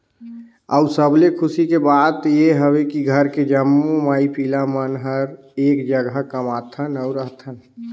अउ सबले खुसी के बात ये हवे की घर के जम्मो माई पिला मन हर एक जघा कमाथन अउ रहथन